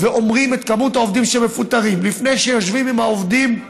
ואומרים את מספר העובדים שמפוטרים לפני שיושבים עם העובדים.